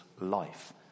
life